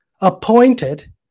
appointed